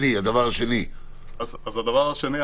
זאת אומרת,